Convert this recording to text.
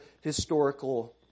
historical